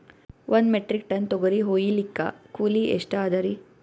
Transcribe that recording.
ಒಂದ್ metric tonne ತೊಗರಿ ಹೋಯಿಲಿಕ್ಕ ಕೂಲಿ ಎಷ್ಟ ಅದರೀ?